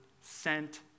sent